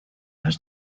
los